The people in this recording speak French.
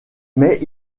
mais